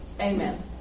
amen